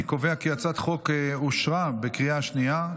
אני קובע כי הצעת החוק אושרה בקריאה השנייה.